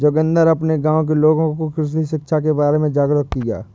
जोगिंदर अपने गांव के लोगों को कृषि शिक्षा के बारे में जागरुक किया